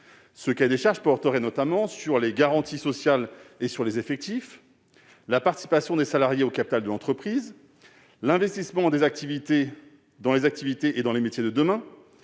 Ce cahier des charges porterait notamment sur les garanties sociales et sur les effectifs ; sur la participation des salariés au capital de l'entreprise ; sur l'investissement dans les activités et dans les métiers de demain